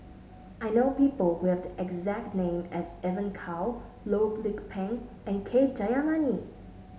I know people who have the exact name as Evon Kow Loh Lik Peng and K Jayamani